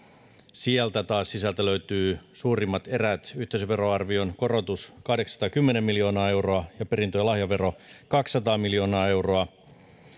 sieltä sisältä taas löytyvät suurimmat erät yhteisöveroarvion korotus kahdeksansataakymmentä miljoonaa euroa ja perintö ja lahjavero kaksisataa miljoonaa euroa